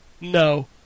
no